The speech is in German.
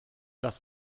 das